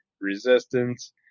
resistance